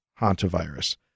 Hantavirus